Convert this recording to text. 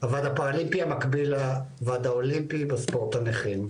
הוועד הפראלימפי המקביל לוועד האולימפי בספורט הנכים.